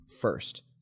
first